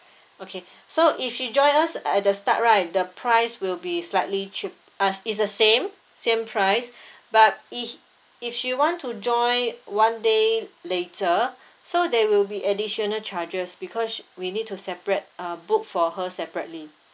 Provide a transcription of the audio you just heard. okay so if she join us at the start right the price will be slightly cheap uh is the same same price but if if she want to join one day later so there will be additional charges because we need to separate uh book for her separately